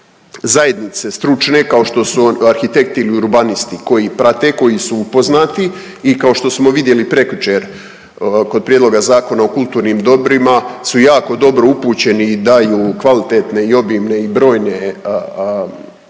zajednice stručne kao što su arhitekti ili urbanisti koji prate, koji su upoznati i kao što smo vidjeli prekjučer kod Prijedloga Zakona o kulturnim dobrima su jako dobro upućeni i daju kvalitetne i obimne i brojne priloge